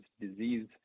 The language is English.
disease